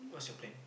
what's your plan